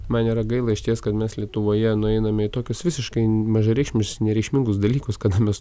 man yra gaila išties kad mes lietuvoje nueiname į tokius visiškai mažareikšmius nereikšmingus dalykus kada mes